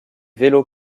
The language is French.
vélos